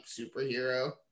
superhero